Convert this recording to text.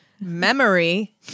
memory